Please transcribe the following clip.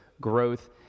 growth